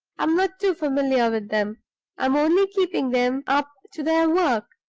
i'm not too familiar with them i'm only keeping them up to their work.